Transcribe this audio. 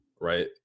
right